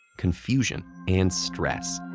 confusion, and stress,